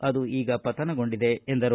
ಅದು ಈಗ ಪತನಗೊಂಡಿದೆ ಎಂದರು